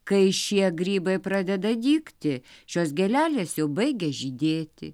kai šie grybai pradeda dygti šios gėlelės jau baigia žydėti